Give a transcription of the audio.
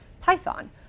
Python